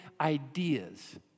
ideas